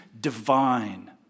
divine